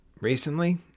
recently